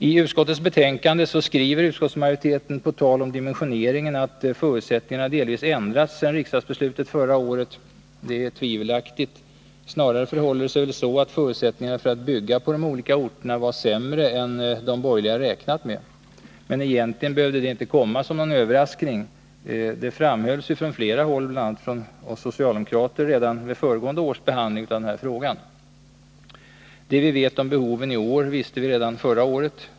I utskottets betänkande skriver utskottsmajoriteten på tal om dimensioneringen att förutsättningarna delvis ändrats sedan riksdagsbeslutet förra året. Det är tvivelaktigt. Snarare förhåller det sig väl så att förutsättningarna för att bygga på de olika orterna var sämre än de borgerliga räknat med. Men egentligen behövde detta inte komma som någon överraskning. Det framhölls från flera håll, bl.a. från oss socialdemokrater, redan vid föregående års behandling av denna fråga. Det vi vet om behoven i år, visste vi redan förra året.